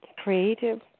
Creative